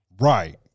Right